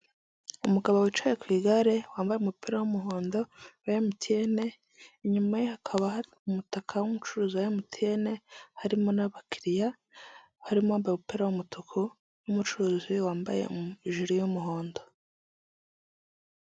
Kaburimbo irimo imodoka ifite ibara ry'ivu, hirya yayo hubatse inzu iri mu marange y'umweru ndetse n'umukara, inzu ikikijwe n'igikuta cyubakishijwe amatafari ahiye, hariho icyapa kiri mu mabara y'icyatsi, ndetse n'ikindi cyapa kiri mu mabara y'umweru ndetse n'umukara.